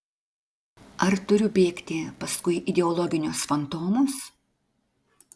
ar turiu bėgti paskui ideologinius fantomus